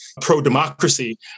pro-democracy